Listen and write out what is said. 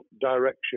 direction